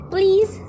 Please